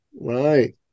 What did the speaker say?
right